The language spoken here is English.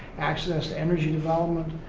access to energy development,